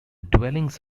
dwellings